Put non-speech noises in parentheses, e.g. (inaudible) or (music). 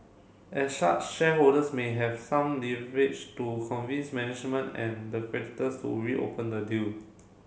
as (unintelligible) shareholders may have some leverage to convince management and the creditors to reopen the deal